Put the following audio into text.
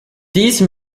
these